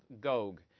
Gog